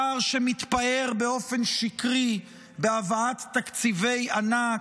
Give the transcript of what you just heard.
שר שמתפאר באופן שקרי בהבאת תקציבי ענק,